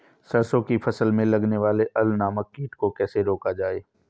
सरसों की फसल में लगने वाले अल नामक कीट को कैसे रोका जाए?